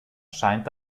scheint